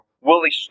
Willie